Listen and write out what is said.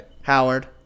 Howard